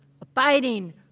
Abiding